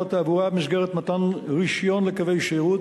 התעבורה במסגרת מתן רשיון לקווי שירות,